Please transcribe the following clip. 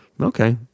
okay